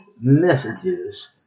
messages